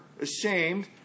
ashamed